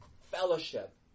fellowship